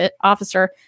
officer